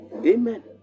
Amen